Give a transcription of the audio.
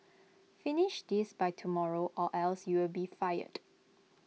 finish this by tomorrow or else you'll be fired